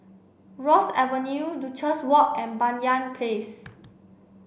Rosyth Avenue Duchess Walk and Banyan Place